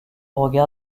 regard